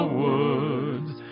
woods